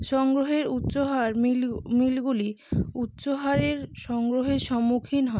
সংগ্রহের উচ্চহার মিলগুলি উচ্চহারের সংগ্রহের সম্মুখীন হয়